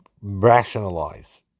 rationalize